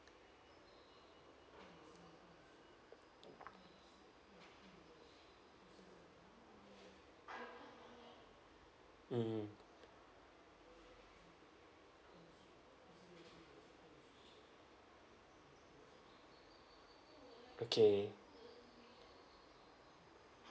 mm okay